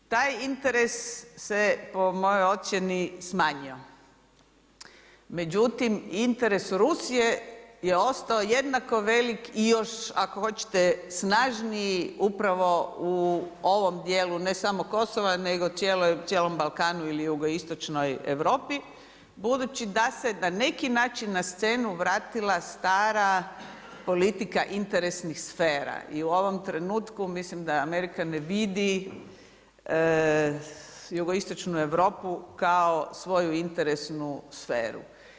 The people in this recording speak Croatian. Taj interes se po mojoj ocjeni smanjio međutim interes Rusije je ostao jednako velik i još ako hoćete, snažniji upravo u ovom djelu ne samo Kosova nego cijelom Balkanu ili jugoistočnoj Europi budući da se na neki način na sceni vratila stara politika interesnih sfera i u ovom trenutku mislim da Amerika ne vidi jugoistočnu Europu kao svoju interesnu sferu.